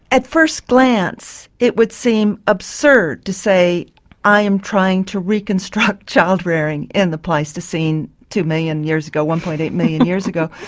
at first glance it would seem absurd to say i am trying to reconstruct child rearing in the pleistocene two million years ago, one. eight million years ago.